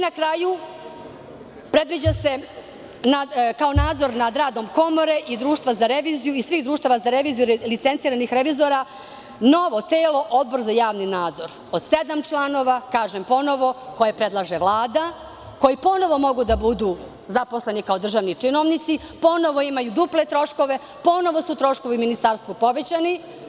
Na kraju predviđa se kao nadzor nad radom komore i društva za reviziju i svih društava za reviziju, licenciranih revizora novo telo koje predlaže Vlada, a to je odbor za javni nadzor, od sedam članova, koji ponovo mogu da budu zaposleni kao državni činovnici, ponovo imaju duple troškove, ponovo su troškovi u ministarstvu povećani.